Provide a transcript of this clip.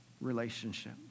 relationship